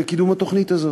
בקידום התוכנית הזאת.